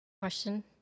Question